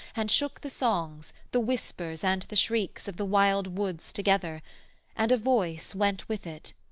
and shook the songs, the whispers, and the shrieks of the wild woods together and a voice went with it,